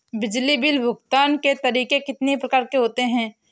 बिजली बिल भुगतान के तरीके कितनी प्रकार के होते हैं?